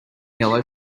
yellow